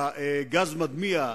הגז המדמיע,